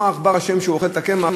ולא העכבר אשם שהוא אוכל את הקמח.